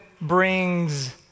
brings